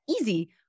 easy